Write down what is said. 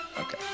Okay